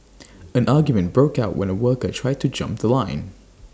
an argument broke out when A worker tried to jump The Line